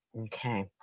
okay